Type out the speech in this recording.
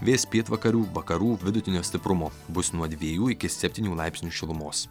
vėjas pietvakarių vakarų vidutinio stiprumo bus nuo dviejų iki septynių laipsnių šilumos